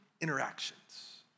interactions